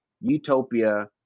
Utopia